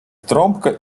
trąbkę